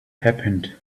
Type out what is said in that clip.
happened